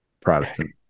Protestant